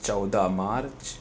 چودہ مارچ